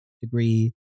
degree